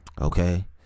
okay